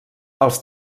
els